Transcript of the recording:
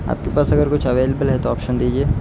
آپ کے پاس اگر کچھ اویلیبل ہے تو آپشن دیجیے